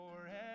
forever